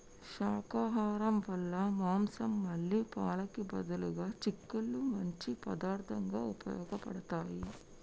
శాకాహరం వాళ్ళ మాంసం మళ్ళీ పాలకి బదులుగా చిక్కుళ్ళు మంచి పదార్థంగా ఉపయోగబడతాయి